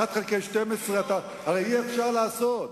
הרי אי-אפשר לעשות.